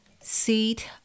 seat